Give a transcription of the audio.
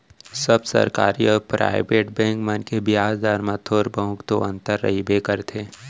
सब सरकारी अउ private bank मन के बियाज दर म थोक बहुत तो अंतर रहिबे करथे